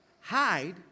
hide